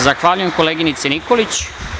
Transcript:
Zahvaljujem, koleginice Nikolić.